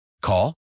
call